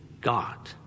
God